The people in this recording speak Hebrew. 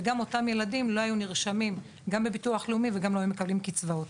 וגם אותם ילדים לא היו נרשמים בביטוח לאומי וגם לא היו מקבלים קצבאות.